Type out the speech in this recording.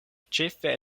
ĉefe